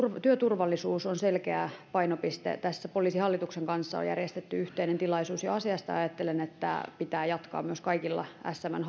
työturvallisuus on selkeä painopiste poliisihallituksen kanssa on jo järjestetty yhteinen tilaisuus asiasta ja ajattelen että tätä työtä pitää jatkaa myös kaikilla smn